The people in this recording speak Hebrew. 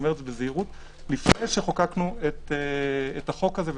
לפני שחוקקנו את החוק הזה,